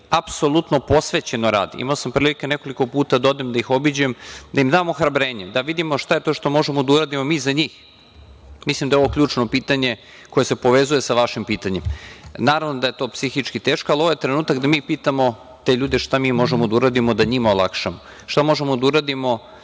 Apsolutno posvećeno radi. Imao sam prilike nekoliko puta da odem da ih obiđem, da im dam ohrabrenje, da vidimo šta je to što možemo da uradimo mi za njih. Mislim da je ovo ključno pitanje koje se povezuje sa vašim pitanjem. Naravno da je to psihički teško, ali ovo je trenutak da mi pitamo te ljude šta mi možemo da uradimo da njima olakšamo, šta možemo da uradimo